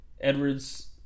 Edwards